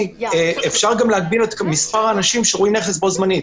אפשר גם להגביל את מספר האנשים שרואים נכס בו-זמנית.